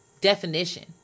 definition